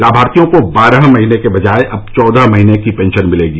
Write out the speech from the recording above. लाभार्थियों को बारह महीने के बजाय अब चौदह महीने की पेंशन मिलेगी